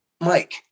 Mike